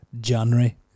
January